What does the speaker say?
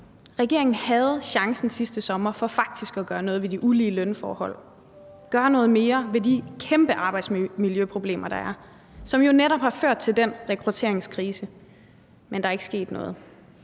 Regeringen havde chancen sidste sommer for faktisk at gøre noget ved de ulige lønforhold, gøre noget mere ved de kæmpe arbejdsmiljøproblemer, der er, som jo netop har ført til den rekrutteringskrise, men der er ikke sket noget.